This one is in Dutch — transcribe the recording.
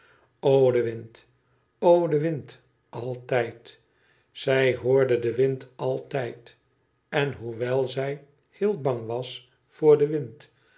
de wind o de wind altijd zij hoorde den wind altijd en hoewel zij heel bang was voor den wind